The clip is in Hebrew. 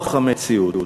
כורח המציאות.